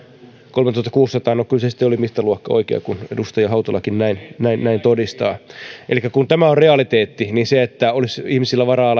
kolmetuhattakuusisataa no kyllä se mittaluokka oli sitten oikea kun edustaja hautalakin näin todistaa elikkä kun tämä on realiteetti niin kyllähän siihen että ihmisillä olisi varaa